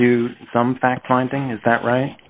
do some fact finding is that right